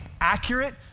accurate